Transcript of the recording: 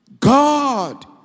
God